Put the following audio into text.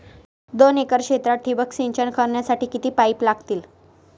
दोन एकर क्षेत्रात ठिबक सिंचन करण्यासाठी किती पाईप लागतील?